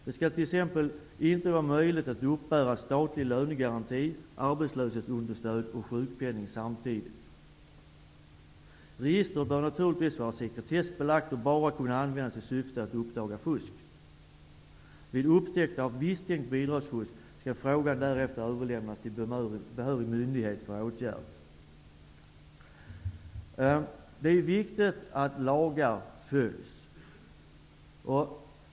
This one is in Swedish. Det skall t.ex. inte vara möjligt att uppbära statlig lönegaranti, arbetslöshetsunderstöd och sjukpenning samtidigt. Registret bör naturligtvis vara sekretessbelagt och enbart kunna användas i syfte att uppdaga fusk. Vid upptäckt av misstänkt bidragsfusk skall frågan därefter överlämnas till behörig myndighet för åtgärd. Det är viktigt att lagar följs.